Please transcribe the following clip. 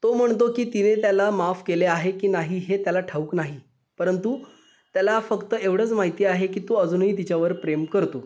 तो म्हणतो की तिने त्याला माफ केले आहे की नाही हे त्याला ठाऊक नाही परंतु त्याला फक्त एवढंच माहिती आहे की तो अजूनही तिच्यावर प्रेम करतो